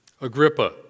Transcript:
Agrippa